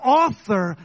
author